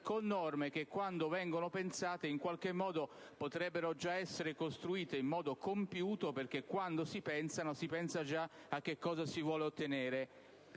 con norme che, quando vengono pensate, potrebbero già essere costruite in modo compiuto perché quando si ipotizzano si pensa già a cosa si vuole ottenere.